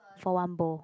for one bowl